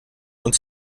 und